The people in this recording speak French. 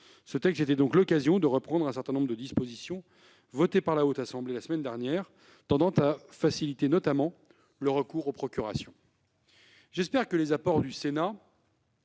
Ce texte était donc l'occasion de reprendre un certain nombre de dispositions votées par la Haute Assemblée la semaine dernière tendant à faciliter, notamment, le recours aux procurations. J'espère que les apports du Sénat